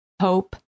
hope